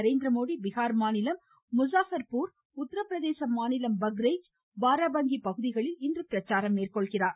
நரேந்திரமோடி பீகார் மாநிலம் முஸாபர்பூர் உத்தரப்பிரதேச மாநிலம் பஹ்ரேஜ் பாராபங்கி பகுதிகளிலும் இன்று பிரச்சாரம் மேற்கொள்கிறார்